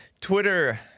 Twitter